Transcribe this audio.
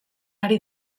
ari